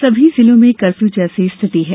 सभी जिलों में कफ्यू जैसी स्थिति है